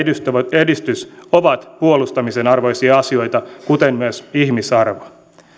edistys ovat puolustamisen arvoisia asioita kuten myös ihmisarvo